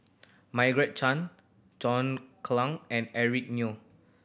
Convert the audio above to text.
Margaret Chan John Clang and Eric Neo